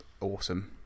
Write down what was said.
awesome